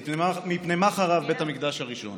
מפני מה חרב בית המקדש הראשון?